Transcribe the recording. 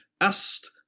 asked